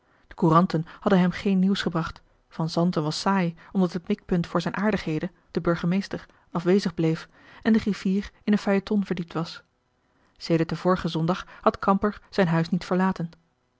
de couranten hadden hem geen nieuws gebracht van zanten was saai omdat het mikpunt voor zijn aardigheden de burgemeester afwezig bleef en de griffier in een feuilleton verdiept was sedert den vorigen zondag had kamper zijn huis niet verlaten